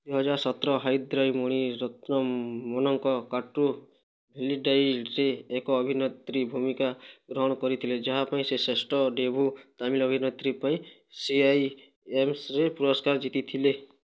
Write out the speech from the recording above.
ଦୁଇ ହଜାର ସତର ହାଇଦ୍ରାଇ ମଣିରତ୍ନମନଙ୍କ କାଟ୍ରୁ ଭେଲିଇଡ଼ାଇରେ ଏକ ଅଭିନେତ୍ରୀ ଭୂମିକା ଗ୍ରହଣ କରିଥିଲେ ଯାହା ପାଇଁ ସେ ଶ୍ରେଷ୍ଠ ଡେଭୁ ତାମିଲ ଅଭିନେତ୍ରୀ ପାଇଁ ସିଆଇଏମସରେ ପୁରସ୍କାର ଜିତିଥିଲେ